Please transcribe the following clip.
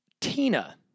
Tina